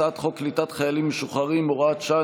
הצעת חוק קליטת חיילים משוחררים (הוראת שעה,